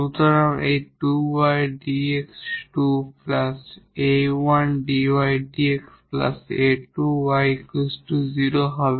সুতরাং এখানে 2𝑦 𝑑𝑥 2 𝑎1 𝑑𝑦 𝑑𝑥 𝑎2𝑦 0 হবে